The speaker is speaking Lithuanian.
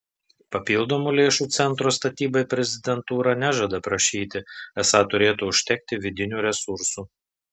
papildomų lėšų centro statybai prezidentūra nežada prašyti esą turėtų užtekti vidinių resursų